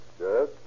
Yes